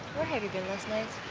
have you been last night?